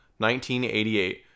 1988